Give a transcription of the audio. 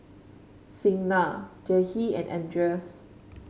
Signa Jahir and Andres